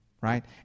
Right